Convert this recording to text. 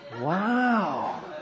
Wow